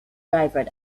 driver